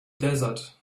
desert